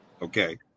Okay